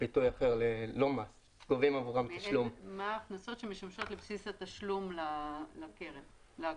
מה ההכנסות שמשמשות לבסיס התשלום לקופה.